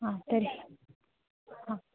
हा तर्हि हा